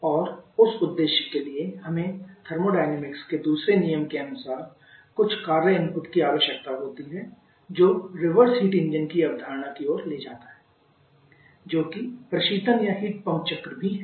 और उस उद्देश्य के लिए हमें थर्मोडायनेमिक्स के दूसरे नियम के अनुसार कुछ कार्य इनपुट की आवश्यकता होती है जो रिवर्स हीट इंजन की अवधारणा की ओर ले जाता है जो कि प्रशीतन या हीट पंप चक्र भी है